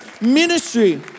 Ministry